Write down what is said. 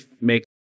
make